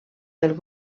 del